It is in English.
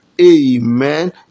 Amen